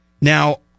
Now